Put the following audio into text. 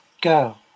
Go